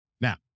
Now